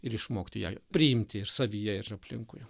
ir išmokti ją priimti ir savyje ir aplinkui